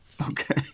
Okay